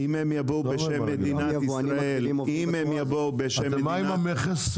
ומה עם המכס?